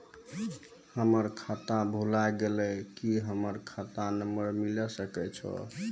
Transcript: हमर खाता भुला गेलै, की हमर खाता नंबर मिले सकय छै?